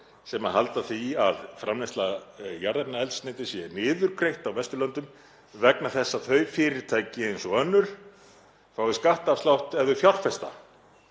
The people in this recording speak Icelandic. sem halda því fram að framleiðsla jarðefnaeldsneytis sé niðurgreidd á Vesturlöndum vegna þess að þau fyrirtæki eins og önnur fái skattafslátt ef þau fjárfesta